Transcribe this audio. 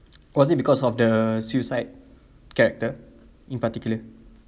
was it because of the suicide character in particular